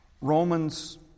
Romans